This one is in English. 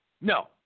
No